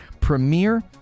premiere